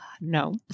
No